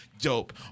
dope